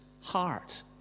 heart